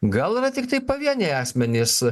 gal yra tiktai pavieniai asmenys